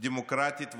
דמוקרטית וליברלית.